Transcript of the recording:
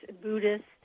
Buddhist